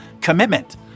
commitment